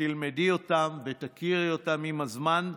שתלמדי אותם ותכירי אותם עם הזמן,